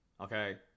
Okay